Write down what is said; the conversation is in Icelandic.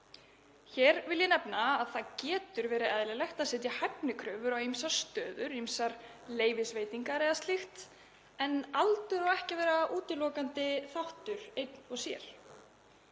Hér vil ég nefna að það getur verið eðlilegt að setja hæfnikröfur um ýmsar stöður, ýmsar leyfisveitingar eða slíkt, en aldur á ekki að vera útilokandi þáttur einn og sér.